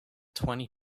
twenty